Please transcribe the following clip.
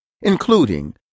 including